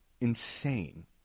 insane